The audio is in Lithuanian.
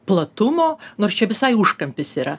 platumo nors čia visai užkampis yra